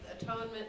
atonement